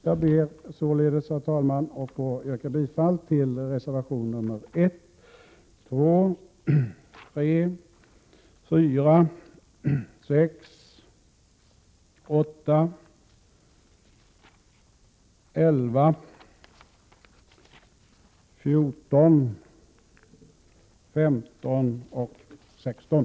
Jag vill således yrka bifall till reservationerna nr 1, 2, 3, 4, 6, 8, 11, 14, 15 och 16.